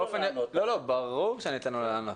אני אשמח לתת לך לענות,